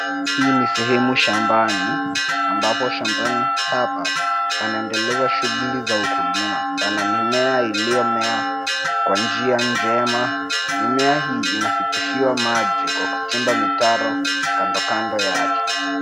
Hii ni sehemu shambani ambapo shambani hapa panaendelezwa shughuli za ukulima. Pana mimea iliyomea kwa njia njema. Mimea hii inafikishiwa maji kwa kuchiba mitaro kando kando yake.